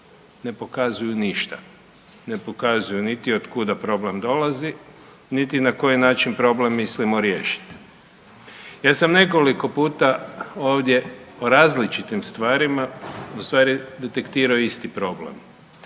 ne pokazuju ništa. Ne pokazuju niti od kuda problem dolazi, niti na koji način problem mislimo riješiti. Ja sam nekoliko puta ovdje o različitim stvarima ustvari detektirao isti problem,